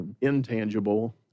intangible